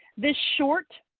this short,